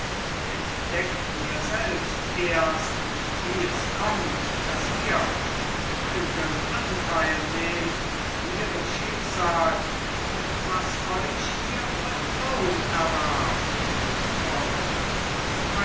entdeckt mir selbst erst wie es kommt daß ihr den feur'gen anteil nehmt an ihrem schicksal und was euch ihr vertraun erwarb